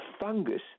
fungus